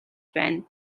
байна